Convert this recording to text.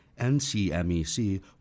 NCMEC